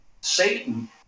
Satan